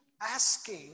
asking